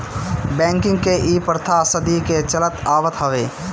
banking के इ प्रथा सदी के चलत आवत हवे